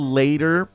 later